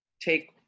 take